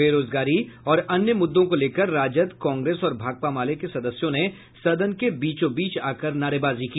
बेरोजगारी और अन्य मुद्दों को लेकर राजद कांग्रेस और भाकपा माले के सदस्यों ने सदन के बीचो बीच आकर नारेबाजी की